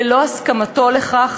ללא הסכמתו לכך,